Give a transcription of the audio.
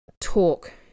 talk